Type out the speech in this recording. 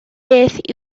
beth